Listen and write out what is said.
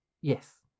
Yes